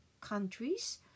countries